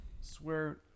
swear